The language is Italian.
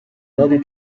nodi